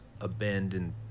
abandoned